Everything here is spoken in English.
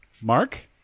Mark